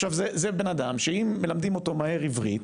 עכשיו, זה בן אדם שאם מלמדים אותו מהר עברית